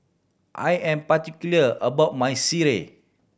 I am particular about my sireh